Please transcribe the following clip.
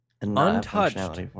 Untouched